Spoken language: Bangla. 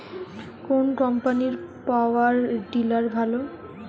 কোন কম্পানির পাওয়ার টিলার ভালো?